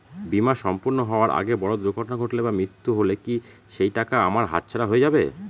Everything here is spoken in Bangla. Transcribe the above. বীমা সম্পূর্ণ হওয়ার আগে বড় দুর্ঘটনা ঘটলে বা মৃত্যু হলে কি সেইটাকা আমার হাতছাড়া হয়ে যাবে?